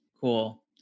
Cool